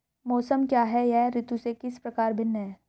मौसम क्या है यह ऋतु से किस प्रकार भिन्न है?